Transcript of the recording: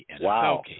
Wow